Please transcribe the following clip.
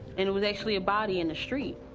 and it was actually a body in the street,